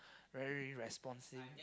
very responsive